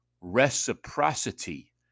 reciprocity